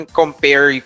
compare